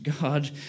God